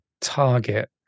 target